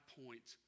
point